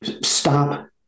stop